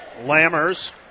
Lammers